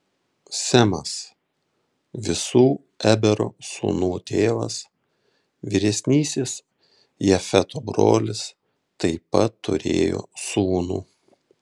semas visų ebero sūnų tėvas vyresnysis jafeto brolis taip pat turėjo sūnų